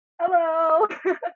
Hello